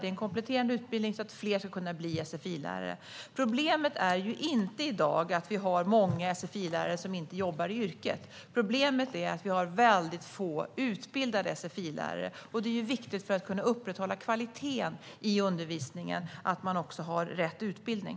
Det är en kompletterande utbildning så att fler ska kunna bli sfi-lärare. Problemet är ju inte i dag att vi har många sfi-lärare som inte jobbar i yrket. Problemet är att vi har väldigt få utbildade sfi-lärare, och det är viktigt för att kunna upprätthålla kvaliteten i undervisningen att man också har rätt utbildning.